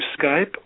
Skype